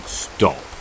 stop